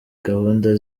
gahunda